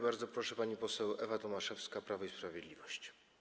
Bardzo proszę, pani poseł Ewa Tomaszewska, Prawo i Sprawiedliwość.